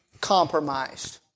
compromised